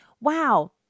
wow